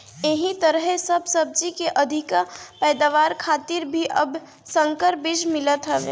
एही तरहे सब सब्जी के अधिका पैदावार खातिर भी अब संकर बीज मिलत हवे